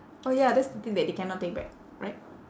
oh ya that's the thing that they cannot take back right